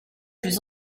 plus